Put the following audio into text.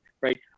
Right